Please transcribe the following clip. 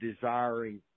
desiring